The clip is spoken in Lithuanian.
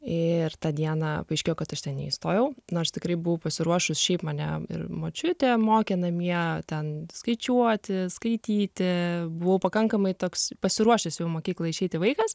ir tą dieną paaiškėjo kad aš ten neįstojau nors tikrai buvau pasiruošus šiaip mane ir močiutė mokė namie ten skaičiuoti skaityti buvau pakankamai toks pasiruošęs jau į mokyklą išeiti vaikas